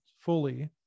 fully